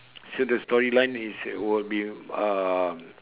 so the story line is will be uh